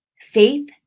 Faith